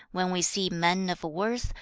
when we see men of worth,